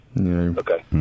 Okay